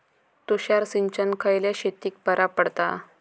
तुषार सिंचन खयल्या शेतीक बरा पडता?